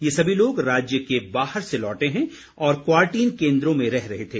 ये सभी लोग राज्य के बाहर से लौटे हैं और क्वारंटीन केन्द्रों में रह रहे थे